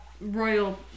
royal